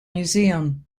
museum